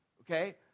Okay